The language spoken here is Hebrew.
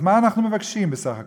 אז מה אנחנו מבקשים בסך הכול?